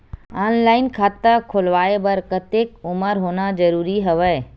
Online खाता खुलवाय बर कतेक उमर होना जरूरी हवय?